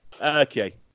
Okay